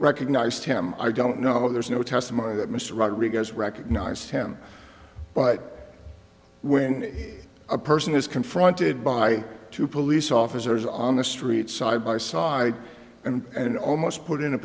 recognized him i don't know there's no testimony that mr rodriguez recognized him but when a person is confronted by two police officers on the street side by side and almost put i